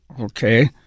Okay